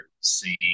seeing